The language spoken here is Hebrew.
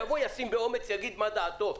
שיבוא ויגיד באומץ מה דעתו,